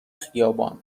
خیابان